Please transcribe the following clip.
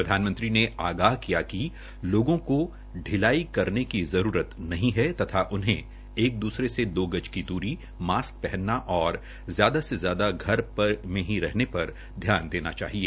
प्रधानमंत्री ने आगाह किया कि लोगों को शिलाई करने की जरूरत नहीं है तथा उन्हें एक दूसरे से दो गज की दूरी मास्क पहनना और ज्यादा से ज्यादा घर में ही रहने पर ध्यान देना चाहिए